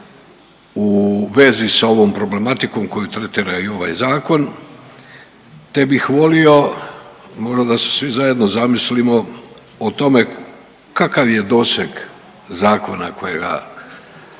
u vezi s ovom problematikom koju tretira i ovaj zakon te bih volio možda da se svi zajedno zamislimo o tome kakav je doseg zakona kojega,